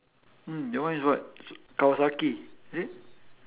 mm your one is what kawasaki is it